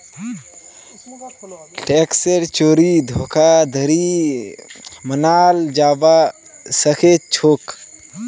टैक्सेर चोरी धोखाधड़ी मनाल जाबा सखेछोक